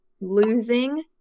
losing